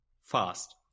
fast